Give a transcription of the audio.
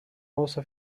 also